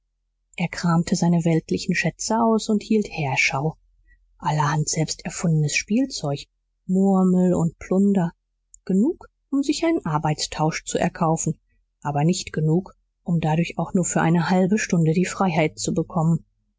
er kramte seine weltlichen schätze aus und hielt heerschau allerhand selbsterfundenes spielzeug murmel und plunder genug um sich einen arbeitstausch zu erkaufen aber nicht genug um dadurch auch nur für eine halbe stunde die freiheit zu bekommen